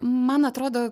man atrodo